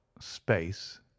space